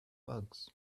bugs